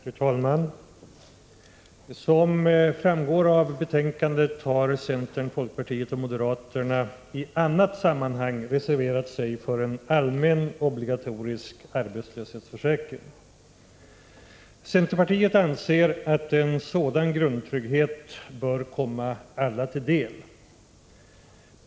Fru talman! Som framgår av betänkandet har centern, folkpartiet och moderaterna i annat sammanhang reserverat sig för en allmän obligatorisk arbetslöshetsförsäkring. Centerpartiet anser att en sådan grundtrygghet bör komma alla till del.